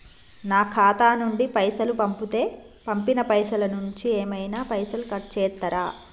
నా ఖాతా నుండి పైసలు పంపుతే పంపిన పైసల నుంచి ఏమైనా పైసలు కట్ చేత్తరా?